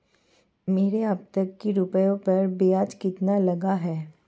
मेरे अब तक के रुपयों पर ब्याज कितना लगा है?